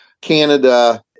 Canada